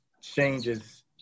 changes